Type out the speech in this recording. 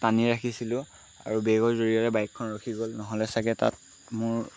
টানি ৰাখিছিলোঁ আৰু ব্ৰেকৰ জৰিয়তে বাইকখন ৰখি গ'ল নহ'লে চাগে তাত মোৰ